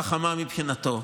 חכמה מבחינתו,